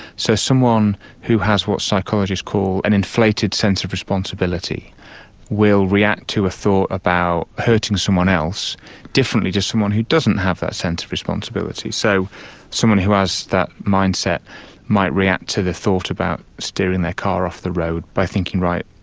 so someone who has what psychologists call an inflated sense of responsibility will react to a thought about hurting someone else differently to someone who doesn't have that sense of responsibility. so someone who has that mindset might react to the thought about steering their car off the road by thinking, right,